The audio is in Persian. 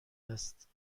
است